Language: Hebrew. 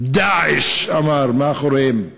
"דאעֶש", אמר, מאחוריהם.